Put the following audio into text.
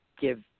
give